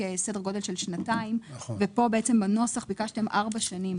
סדר גודל של שנתיים ובנוסח ביקשתם ארבע שנים,